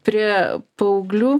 prie paauglių